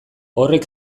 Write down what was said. horrek